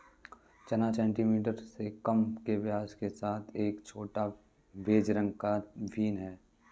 चना सेंटीमीटर से कम के व्यास के साथ एक छोटा, बेज रंग का बीन है